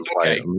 Okay